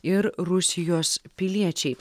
ir rusijos piliečiai